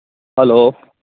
hello